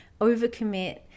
overcommit